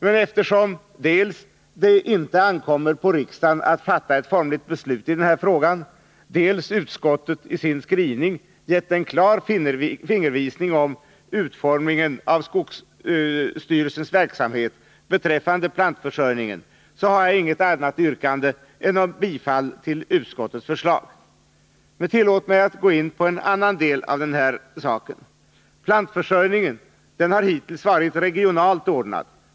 Men eftersom det dels inte ankommer på riksdagen att fatta ett formligt beslut i den här frågan, dels utskottet i sin skrivning gett en klar fingervisning om utformningen av skogsstyrelsens verksamhet beträffande plantförsörjningen, har jag inget annat yrkande än Tillåt mig att gå in på en annan del av den här saken! Plantförsörjningen har hittills varit regionalt ordnad.